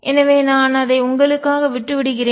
எனவே நான் அதை உங்களுக்காக விட்டு விடுகிறேன்